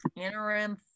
Interim